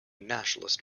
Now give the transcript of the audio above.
nationalist